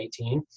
2018